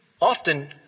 often